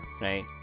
right